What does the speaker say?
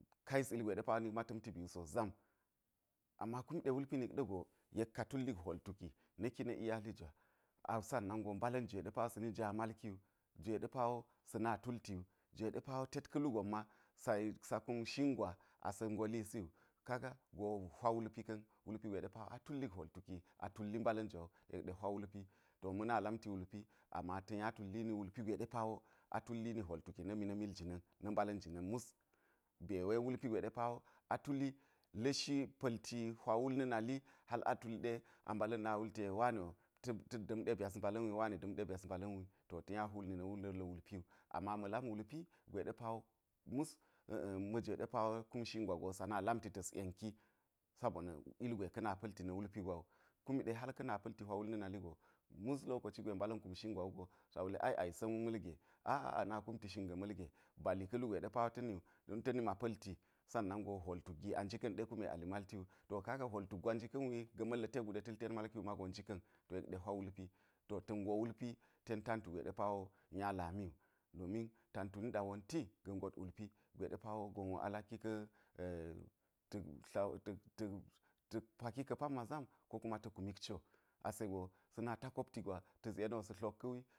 Ka yis ilgwe ɗe pa wo nik ma ta̱mti bi wu so zam ama kum ɗe wulpi nikɗa̱ go yek ka tuli hwol tuki na̱ki na̱ iyali jwa a sannan go mbala̱n jwe ɗe sa̱ni nja malki wu jwe ɗe pa wo sa̱ na tulti wu jwe ɗe pa wo tet ka̱ lu gon ma sa kum shin gwa asa̱ ngo luisi wu ka ga go hwa wulpi ka̱n, wulpi gwe a ulik hwol tuki a tulli mbala̱n jwa wu yek ɗe hwa wulpi to ma̱ na lamti wulpi ama ta̱ nya tullini wulpi gwe ɗe pa wo atullini hwol tuki na̱ mi na̱ mil jina̱n na̱ mbala̱n jina̱n mus be we wulpi gwe gwe ɗe pa wo a tulli la̱shi pa̱lti hwa wul na̱ nali hal a tul ɗe mbala̱n na wul te wani ta̱ da̱m ɗe byas mbala̱n wi wani da̱m ɗe byas mbala̱n wi, to nya hwulni na̱ wunda̱l ga̱ wulp wu, ama ma̱ lam wulpi gwe ɗe pa wo mus ma̱jwe ɗe pa wo kum shin gwa go sa na lamti ta̱s yenki sabona̱ ilgwe ka̱ na̱ pa̱lti na̱ wulpi gwa wu kum ɗe hal ka̱ na pa̱lti hwa wul na̱ nali go mus lokoci gwe mbala̱n kum shin gwa wugo sa wuli ɗe ai a yissa̱n ma̱lgwe a a a na kumti shin ga̱ ma̱lge ba li ka̱ lugwe ɗe pa wo ta̱ ni wu don ta̱ na pa̱lti sannan go hwol gi a njika̱m ɗe kume a li malti wu to kaga hwol tuk gwa njika̱m wi, ga̱ ma̱lla̱ tek gu ɗe ta̱ li tet malki wu mago njika̱m to yek ɗe hwa wulpi to ta̱n ngo wulpi ten tantu gwe ɗe pa wo nya lami wu, domin tantu niɗa̱ wonti ga̱ ngot wulpi gwe ɗe pa wo gon wo a lakki ka̱ ta̱k ta̱k tla ta̱k paki ka̱ pamma zam ko kuma ta̱ kumik cwo ase go sa̱ na ta kopti gwa ta̱s yeni wo sa̱ tlot ka̱ wi.